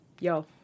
Yo